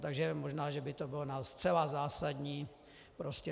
Takže možná, že by to bylo na zcela zásadní prostě...